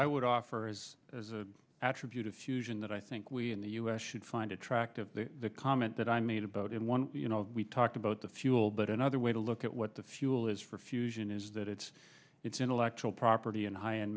i would offer is as a attribute a fusion that i think we in the us should find attractive the comment that i made about in one you know we talked about the fuel but another way to look at what the fuel is for fusion is that it's its intellectual property and high